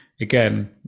again